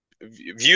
view